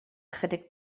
ychydig